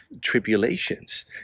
tribulations